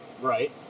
Right